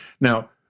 Now